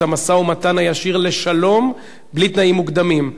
המשא-ומתן הישיר לשלום בלי תנאים מוקדמים.